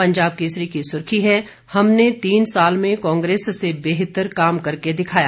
पंजाब केसरी की सुर्खी है हमने तीन साल में कांग्रेस से बेहतर काम करके दिखाया